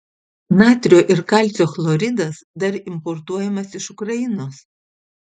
natrio ir kalcio chloridas dar importuojamas iš ukrainos